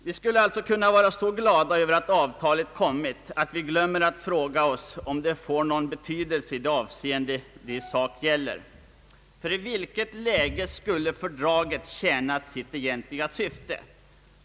Vi skulle alltså kunna vara så glada över ait avtalet kommer till stånd, att vi glömmer att fråga oss om det får någon betydelse i det avseende som det i sak gäller. I vilket läge skulle fördraget tjäna sitt egentliga syfte?